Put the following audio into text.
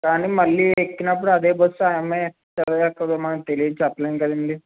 కాని మళ్ళీ ఎక్కినప్పుడు అదే బస్ అమ్మాయి ఎలాగా ఎక్కుతాదో మనకు తెలీదు చెప్పలేం కదండి